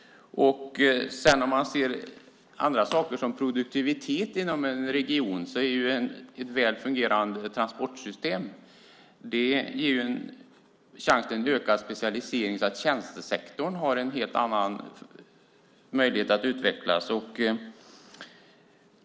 Om man ser på sådana saker som produktivitet inom en region kan ett välfungerande transportsystem ge chansen till en ökad specialisering, där tjänstesektorn har en helt annan möjlighet att utvecklas.